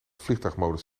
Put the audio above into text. vliegtuigmodus